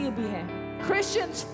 Christians